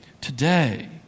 today